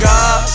God